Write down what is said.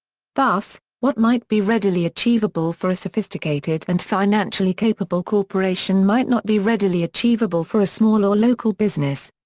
thus, what might be readily achievable for a sophisticated and financially capable corporation might not be readily achievable for a small or local business.